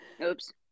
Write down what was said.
Oops